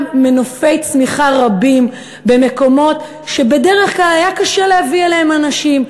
מנופי צמיחה רבים במקומות שבדרך כלל היה קשה להביא אליהם אנשים.